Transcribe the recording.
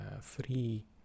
free